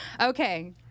Okay